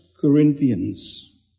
Corinthians